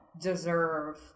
deserve